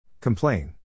Complain